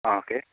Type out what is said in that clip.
ആ ഓക്കേ